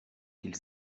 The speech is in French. qu’il